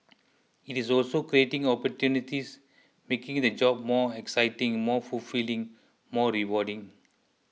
it is also creating opportunities making the job more exciting more fulfilling more rewarding